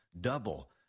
Double